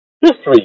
history